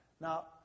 Now